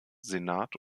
senat